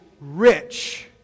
rich